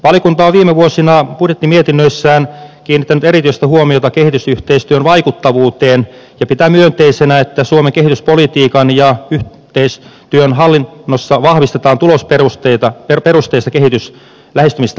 valiokunta on viime vuosina budjettimietinnöissään kiinnittänyt erityistä huomiota kehitysyhteistyön vaikuttavuuteen ja pitää myönteisenä että suomen kehityspolitiikan ja yhteistyön hallinnossa vahvistetaan tulosperusteista lähestymistapaa